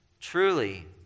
Truly